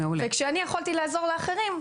וכשאני יכולתי לעזור לאחרים,